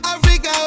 Africa